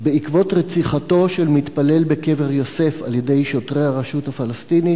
בעקבות רציחתו של מתפלל בקבר יוסף על-ידי שוטרי הרשות הפלסטינית,